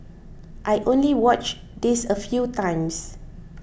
I only watched this a few times